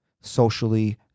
socially